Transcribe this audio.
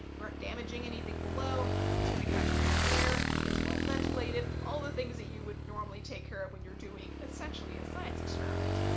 you aren't damaging anything below, nothing's gonna catch fire there, it's well ventilated, all the things that you would normally take care of when you're doing essentially a science experiment.